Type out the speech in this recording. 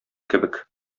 кебек